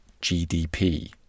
GDP